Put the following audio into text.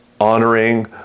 honoring